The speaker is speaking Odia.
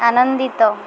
ଆନନ୍ଦିତ